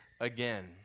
again